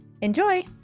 Enjoy